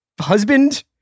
husband